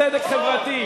צדק חברתי.